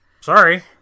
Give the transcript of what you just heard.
Sorry